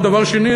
דבר שני,